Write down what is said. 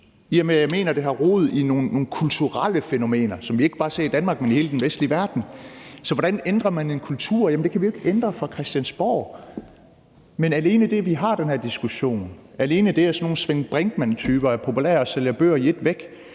for jeg mener, at det har rod i nogle kulturelle fænomener, som vi ikke bare ser i Danmark, men i hele den vestlige verden. Så hvordan ændrer man en kultur? Jamen den kan vi jo ikke ændre fra Christiansborg. Men alene det, at vi har den her diskussion; alene det, at sådan nogle Svend Brinkmann-typer er populære og sælger bøger i ét væk,